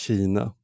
Kina